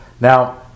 Now